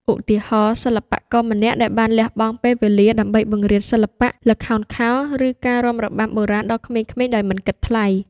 ឧទាហរណ៍ សិល្បករម្នាក់ដែលបានលះបង់ពេលវេលាដើម្បីបង្រៀនសិល្បៈល្ខោនខោល ឬការរាំរបាំបុរាណដល់ក្មេងៗដោយមិនគិតថ្លៃ។